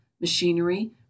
machinery